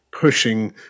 pushing